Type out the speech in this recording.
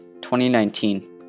2019